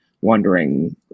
Wondering